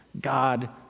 God